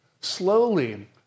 slowly